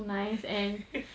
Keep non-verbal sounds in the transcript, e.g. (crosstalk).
(laughs)